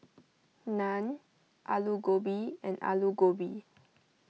Naan Alu Gobi and Alu Gobi